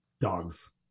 Dogs